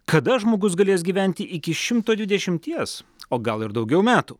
kada žmogus galės gyventi iki šimto dvidešimties o gal ir daugiau metų